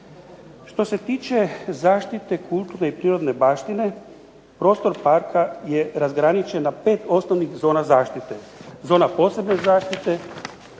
Što se tiče zaštite kulturne i prirodne baštine prostor Parka je razgraničen na pet osnovnih zona zaštite. Zona posebne zaštite,